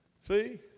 See